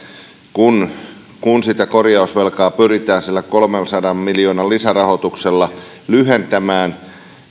kun kun tulevaisuudessa korjausvelkaa pyritään sillä kolmensadan miljoonan lisärahoituksella lyhentämään